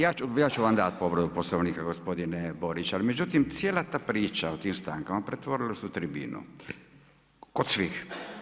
Ja ću vam dati povredu Poslovnika gospodine Borić, ali međutim cijela ta priča o tim stankama pretvorila se u tribinu kod svih.